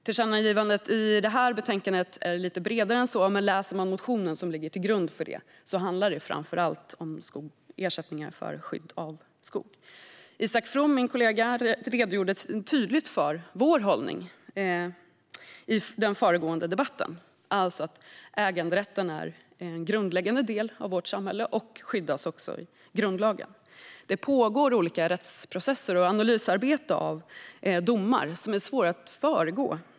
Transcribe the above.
Tillkännagivandet i detta betänkande är lite bredare än så, men läser man motionen som ligger till grund för det ser man att det framför allt handlar om ersättningar för skydd av skog. Isak From, min kollega, redogjorde tydligt för vår hållning i den föregående debatten, alltså att äganderätten är en grundläggande del av vårt samhälle och att den skyddas i grundlagen. Det pågår olika rättsprocesser och analysarbeten i fråga om domar som är svåra att föregripa.